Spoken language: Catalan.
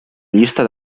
llista